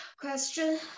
question